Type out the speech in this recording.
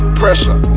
pressure